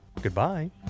goodbye